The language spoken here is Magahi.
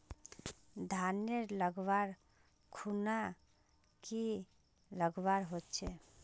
धानेर लगवार खुना की करवा होचे?